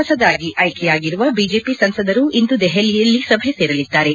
ಹೊಸದಾಗಿ ಆಯ್ಲೆಯಾಗಿರುವ ಬಿಜೆಪಿ ಸಂಸದರು ಇಂದು ದೆಹಲಿಯಲ್ಲಿ ಸಭೆ ಸೇರಲಿದ್ದಾರೆ